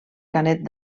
canet